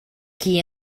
qui